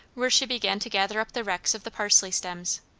where she began to gather up the wrecks of the parsley stems.